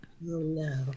no